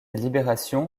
libération